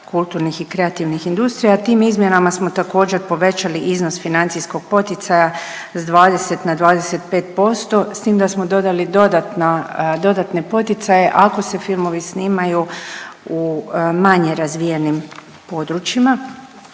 kulturnih i kreativnih industrija. Tim izmjenama smo također povećali iznos financijskog poticaja s 20 na 25% s tim da smo dodali dodatna, dodatne poticaje ako se filmovi snimaju u manje razvijenim područjima